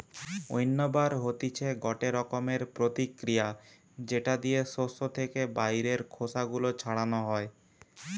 উইন্নবার হতিছে গটে রকমের প্রতিক্রিয়া যেটা দিয়ে শস্য থেকে বাইরের খোসা গুলো ছাড়ানো হয়